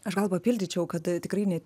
aš gal papildyčiau kad tikrai ne